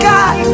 God